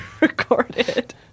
recorded